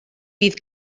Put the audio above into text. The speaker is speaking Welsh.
bydd